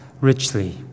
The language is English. richly